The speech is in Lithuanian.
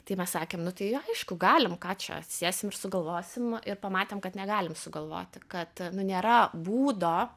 tai mes sakėm nu tai aišku galim ką čia atsisėsim ir sugalvosim ir pamatėm kad negalim sugalvoti kad nu nėra būdo